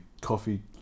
coffee